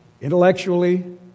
intellectually